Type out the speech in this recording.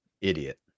Idiot